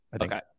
Okay